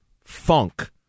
funk